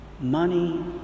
money